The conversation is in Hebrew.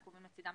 הנקובים לצדם